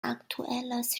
aktuelles